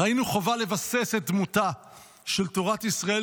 ראינו חובה לבסס את דמותה של תורת ישראל